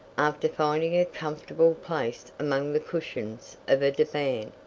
after finding a comfortable place among the cushions of a divan.